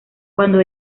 cuando